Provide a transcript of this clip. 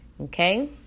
Okay